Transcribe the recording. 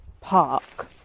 park